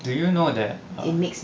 do you know that err